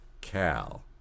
Cal